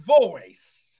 voice